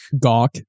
gawk